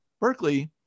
Berkeley